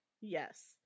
Yes